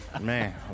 Man